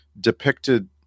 depicted